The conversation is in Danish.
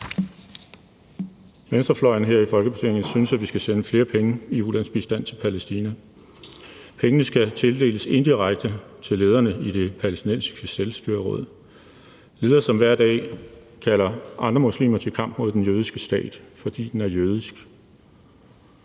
Venstrefløjen her i Folketinget synes, at vi skal sende flere penge i ulandsbistand til Palæstina. Pengene skal tildeles indirekte til lederne i det palæstinensiske selvstyreråd – ledere, som hver dag kalder andre muslimer til kamp mod den jødiske stat, fordi den er jødisk.